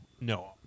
no